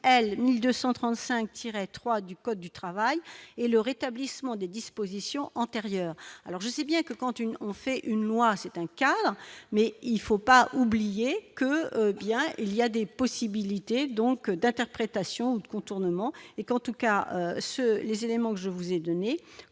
tiret 3 du code du travail et le rétablissement des dispositions antérieures, alors je sais bien que quand une. C'est une loi, c'est un calme mais il faut pas oublier que bien il y a des possibilités donc d'interprétation de contournement et qu'en tout cas ce les éléments que je vous ai donné